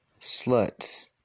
sluts